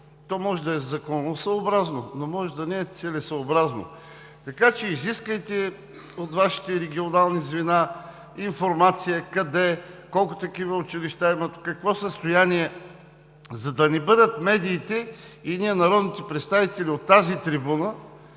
то може да е законосъобразно, но не е целесъобразно. Така че изискайте от Вашите регионални звена информация къде, колко такива училища има, в какво състояние са, та медиите и ние, народните представители, от тази трибуна